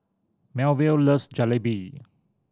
Melville loves Jalebi